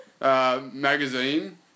magazine